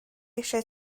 eisiau